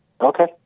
okay